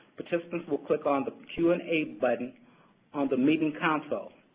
participants will click on the q and a button on the meeting console.